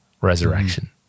resurrection